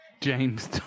James